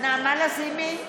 נעמה לזימי,